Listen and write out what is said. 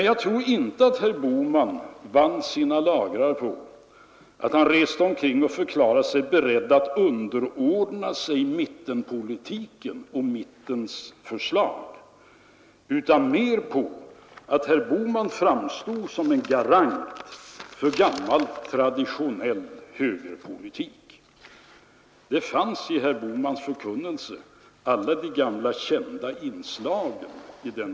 Jag tror inte att herr Bohman vann sina lagrar på att han reste omkring och förklarade att han var beredd att underordna sig mittenpolitiken och mittens förslag, utan mer på att han framstod som en garant för gammal traditionell högerpolitik. Det fanns i herr Bohmans förkunnelse alla de gamla kända inslagen.